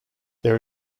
there